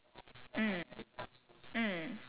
how you say like the cast is very chinese